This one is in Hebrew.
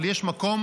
אבל יש מקום,